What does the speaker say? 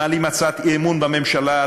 מעלים הצעת אי-אמון בממשלה,